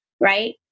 Right